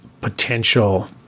potential